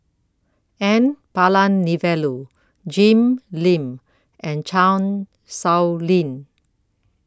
N Palanivelu Jim Lim and Chan Sow Lin